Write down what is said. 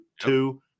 two